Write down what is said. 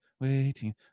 waiting